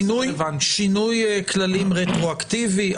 שינוי כללים רטרואקטיבי.